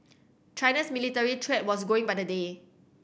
China's military threat was going by the day